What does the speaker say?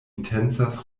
intencas